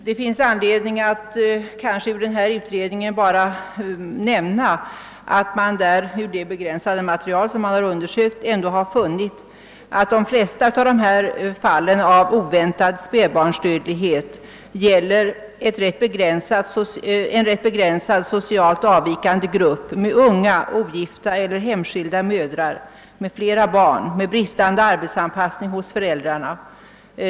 Det finns anledning att nämna att man i det begränsade material som har undersökts ändå har funnit att de flesta fallen av oväntad spädbarnsdödlighet gäller en ganska begränsad, socialt avvikande grupp med unga, ogifta eller hemskilda mödrar med flera barn och med bristande arbetsanpassning hos föräldrarna.